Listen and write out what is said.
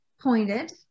pointed